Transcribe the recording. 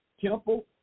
temple